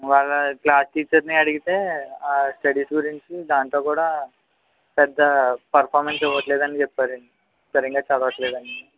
వాళ్ళ క్లాస్ టీచర్ని అడిగితే ఆ స్టడీస్ గురించి దాంట్లో కూడా పెద్దా పర్ఫామెన్స్ ఇవ్వట్లేదని చెప్పారండి సరిగ్గా చదవట్లేదని